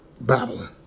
Babylon